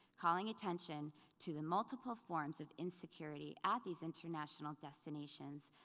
calling attention to the multiple forms of insecurity at these international destination,